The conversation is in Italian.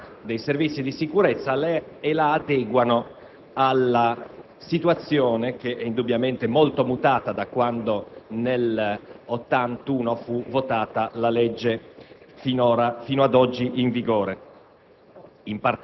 realtà dei Servizi di sicurezza e la adeguano alla situazione che indubbiamente è molto mutata da quando nel 1981 fu votata la legge fino ad oggi in vigore.